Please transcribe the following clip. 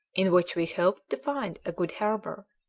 in which we hoped to find a good harbour,